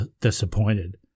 disappointed